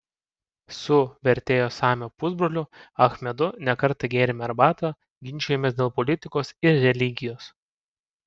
su vertėjo samio pusbroliu achmedu ne kartą gėrėme arbatą ginčijomės dėl politikos ir religijos